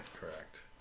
correct